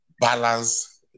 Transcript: balance